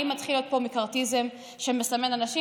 האם מתחיל להיות פה מקרתיזם שמסמן אנשים?